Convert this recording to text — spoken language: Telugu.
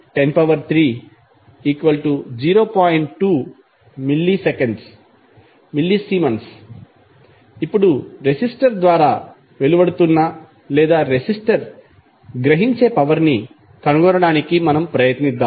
2mS ఇప్పుడు రెసిస్టర్ ద్వారా వెలువడుతున్న లేదా గ్రహించే పవర్ ని కనుగొనడానికి ప్రయత్నిద్దాం